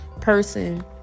person